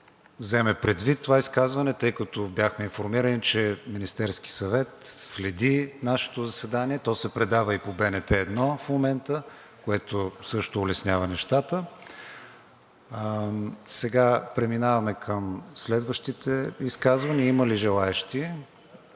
вземе предвид това изказване, тъй като бяхме информирани, че Министерският съвет следи нашето заседание, то се предава и по БНТ 1 в момента, което също улеснява нещата. Сега преминаваме към следващите изказвания. Има ли желаещи?